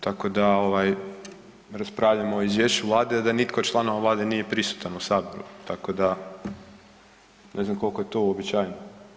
Tako da raspravljamo o Izvješću Vlade da nitko od članova Vlade nije prisutan u Saboru, tako da ne znam koliko je to uobičajeno.